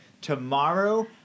tomorrow